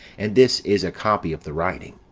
and this is a copy of the writing.